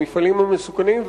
המפעלים המסוכנים,